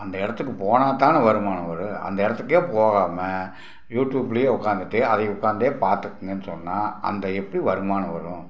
அந்த இடத்துக்கு போனால் தானே வருமானம் வரும் அந்த இடத்துக்கே போகாமல் யூடியூப்லேயே உட்காந்துட்டு அதை உட்காந்தே பார்த்துக்குங்கன்னு சொன்னால் அந்த எப்படி வருமானம் வரும்